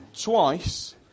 twice